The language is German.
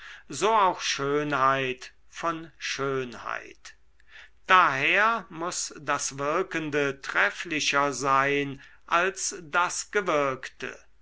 so auch schönheit von schönheit daher muß das wirkende trefflicher sein als das gewirkte